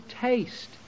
taste